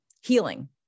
Healing